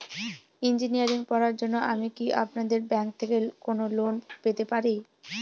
Engineering পড়ার জন্য আমি কি আপনাদের ব্যাঙ্ক থেকে কোন লোন পেতে পারি?